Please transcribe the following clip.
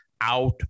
out